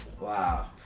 Wow